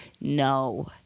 no